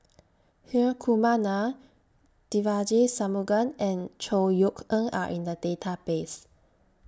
Hri Kumar Nair Devagi Sanmugam and Chor Yeok Eng Are in The Database